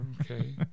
Okay